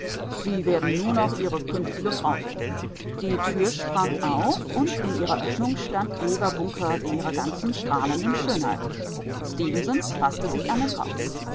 sie werden nur noch ihre künftige frau sehen die tür sprang auf und in ihrer öffnung stand eva bunkert in ihrer ganzen strahlenden schönheit stefenson faßte sich an den kopf